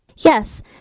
Yes